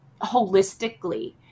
holistically